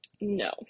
No